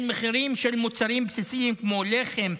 מחירים של מוצרים בסיסיים כמו לחם,